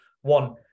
one